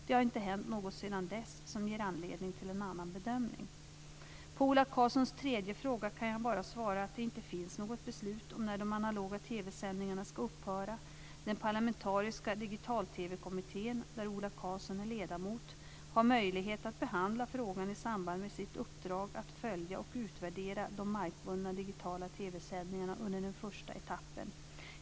Det har inte hänt något sedan dess som ger anledning till en annan bedömning. På Ola Karlssons tredje fråga kan jag bara svara att det inte finns något beslut om när de analoga TV sändningarna ska upphöra. Den parlamentariska digital-TV-kommittén, där Ola Karlsson är ledamot, har möjlighet att behandla frågan i samband med sitt uppdrag att följa och utvärdera de markbundna digitala TV-sändningarna under den första etappen.